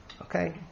okay